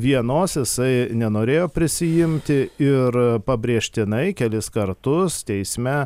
vienos jisai nenorėjo prisiimti ir pabrėžtinai kelis kartus teisme